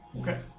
Okay